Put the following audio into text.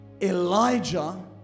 Elijah